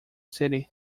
city